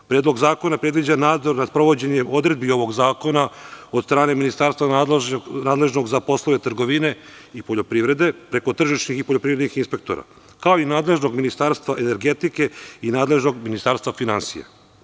Predlog zakona predviđa nadzor nad sprovođenjem odredbi ovog zakona, od strane ministarstva nadležnog za poslove trgovine i poljoprivrede, preko tržišnih i poljoprivrednih inspektora, kao i nadležnog ministarstva energetike i nadležnog ministarstva finansija.